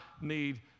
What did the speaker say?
need